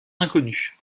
inconnue